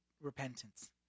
repentance